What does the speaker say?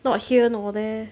not here nor there